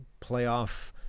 playoff